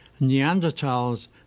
Neanderthals